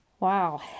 Wow